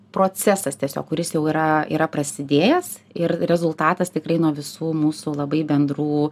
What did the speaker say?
procesas tiesiog kuris jau yra yra prasidėjęs ir rezultatas tikrai nuo visų mūsų labai bendrų